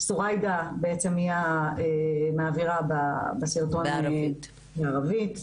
סוריידה מעבירה בסרטון בערבית.